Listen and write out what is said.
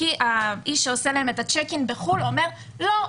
האיש שעושה להם את הצ'ק אין בחו"ל אומר: לא,